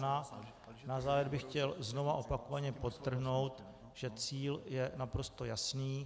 Na závěr bych chtěl znova opakovaně podtrhnout, že cíl je naprosto jasný.